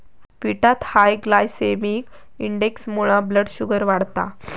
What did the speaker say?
पिठात high glycemic इंडेक्समुळा blood sugar वाढता